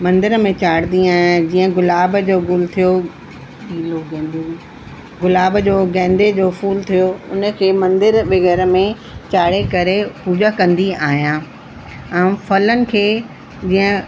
मंदर में चाढ़ींदी आहियां जीअं गुलाब जो गुल थियो नीलो भंभो गुलाब जो गेंदे जो फूल थियो उन खे मंदर बिघर में चाढ़े करे पूॼा कंदी आहियां ऐं फलनि खे जीअं